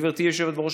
גברתי היושבת-ראש,